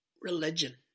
religion